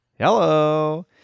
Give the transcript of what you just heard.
Hello